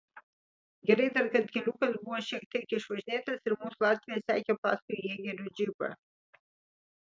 gerai dar kad keliukas buvo šiek tiek išvažinėtas ir mūsų latvija sekė paskui jėgerių džipą